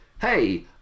hey